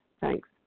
Thanks